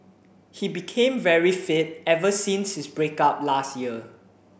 he became very fit ever since his break up last year